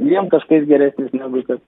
dviem taškais geresnis negu kad